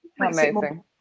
Amazing